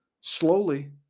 Slowly